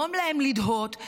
לגרום להם לדהות,